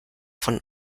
von